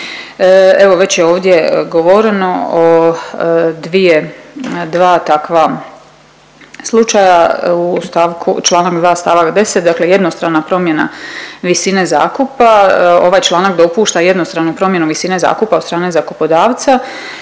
Evo već je ovdje govoreno o dvije, dva takva slučaja. U stavku, čl. 2 st. 10 dakle jednostrana promjena visine zakupa. Ovaj članak dopušta jednostranu promjenu visine zakupa od strane zakupodavca.